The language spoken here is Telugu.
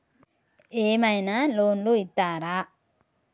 ఏమైనా లోన్లు ఇత్తరా?